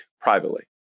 privately